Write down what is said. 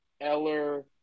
Eller